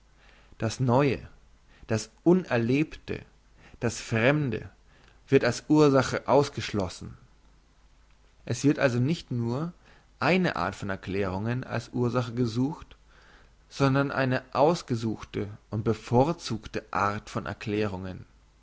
das neue das unerlebte das fremde wird als ursache ausgeschlossen es wird also nicht nur eine art von erklärungen als ursache gesucht sondern eine ausgesuchte und bevorzugte art von erklärungen